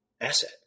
asset